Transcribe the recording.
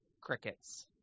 crickets